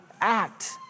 act